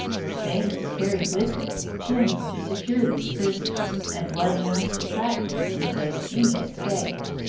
the spaniards carried with them chains to secure these prisoners, and bloodhounds to track them in case any escaped.